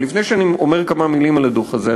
אבל לפני שאומר כמה מילים על הדוח הזה,